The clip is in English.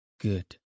Good